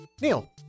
Neil